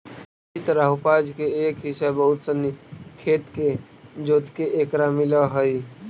इसी तरह उपज के एक हिस्सा बहुत सनी खेत के जोतके एकरा मिलऽ हइ